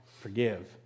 forgive